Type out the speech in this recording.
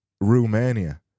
Romania